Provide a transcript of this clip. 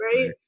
right